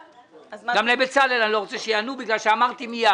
גם לבצלאל אני לא רוצה שיענו בגלל שאמרתי מיד: